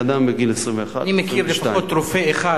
לאדם בגיל 21 22. אני מכיר לפחות רופא אחד